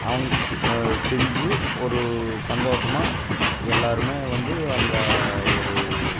அவங் செஞ்சு ஒரு சந்தோஷமாக எல்லாேருமே வந்து அந்த ஒரு